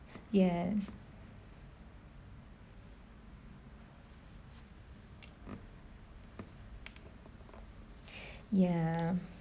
yes ya